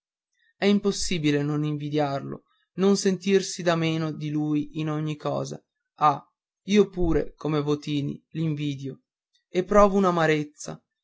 è impossibile non invidiarlo non sentirsi da meno di lui in ogni cosa ah io pure come votini l'invidio e provo